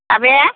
माबे